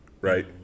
right